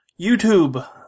YouTube